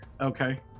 Okay